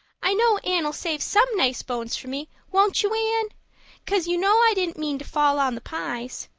i know anne'll save some nice bones for me, won't you, anne? cause you know i didn't mean to fall on the pies.